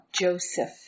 Joseph